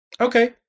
Okay